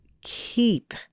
keep